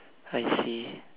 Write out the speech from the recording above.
I see